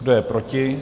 Kdo je proti?